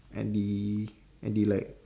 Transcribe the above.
at the at the like